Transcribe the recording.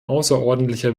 außerordentlicher